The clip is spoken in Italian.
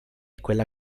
quella